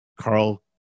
Carl